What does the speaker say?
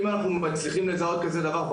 ברור שאם אנחנו מצליחים לזהות דבר כזה אז